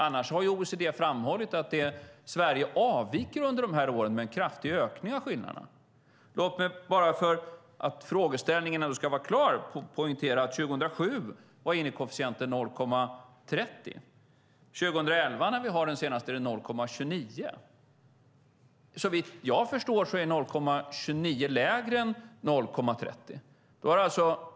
Annars har OECD framhållit att Sverige under de här åren avviker genom en kraftig ökning av skillnaderna. Låt mig bara för att frågeställningen ska vara klar poängtera att Gini-koefficienten år 2007 var 0,30. År 2011, som är senaste året vi har en siffra för, är den 0,29. Såvitt jag förstår är 0,29 lägre än 0,30.